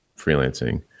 freelancing